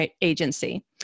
Agency